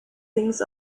dings